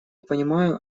понимаю